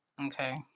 Okay